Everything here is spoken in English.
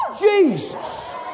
Jesus